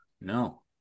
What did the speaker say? No